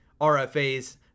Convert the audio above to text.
RFAs